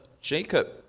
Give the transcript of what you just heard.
Jacob